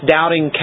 Doubting